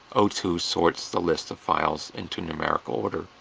o two sorts the list of files into numerical order.